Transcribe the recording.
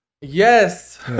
Yes